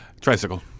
Tricycle